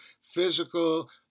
physical